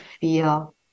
feel